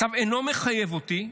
הצו אינו מחייב אותי,